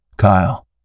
Kyle